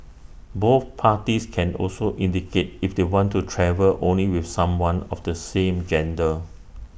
both parties can also indicate if they want to travel only with someone of the same gender